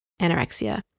anorexia